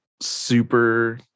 super